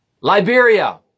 Liberia